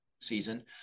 season